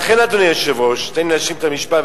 לכן, אדוני היושב-ראש, תן לי להשלים את המשפט.